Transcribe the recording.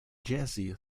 jazzy